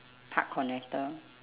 park connector